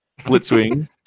Blitzwing